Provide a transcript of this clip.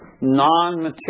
non-material